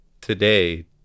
today